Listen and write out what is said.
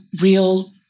real